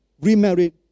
remarried